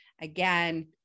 Again